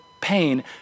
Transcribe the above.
pain